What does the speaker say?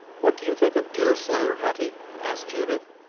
what do you think of deerslayer, hetty? asked judith,